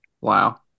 Wow